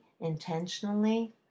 Intentionally